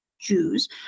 Jews